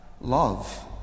love